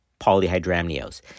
polyhydramnios